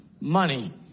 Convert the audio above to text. money